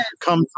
come